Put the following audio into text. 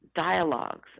dialogues